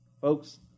Folks